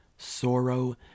sorrow